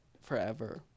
forever